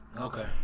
Okay